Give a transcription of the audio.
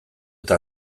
eta